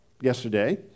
yesterday